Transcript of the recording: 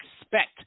expect